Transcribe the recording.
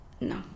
No